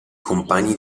compagna